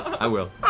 i will.